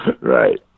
Right